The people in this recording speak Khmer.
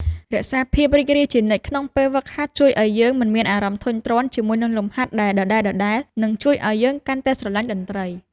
រក្សាភាពរីករាយជានិច្ចក្នុងពេលហ្វឹកហាត់ជួយឱ្យយើងមិនមានអារម្មណ៍ធុញទ្រាន់ជាមួយនឹងលំហាត់ដែលដដែលៗ និងជួយឱ្យយើងកាន់តែស្រឡាញ់តន្ត្រី។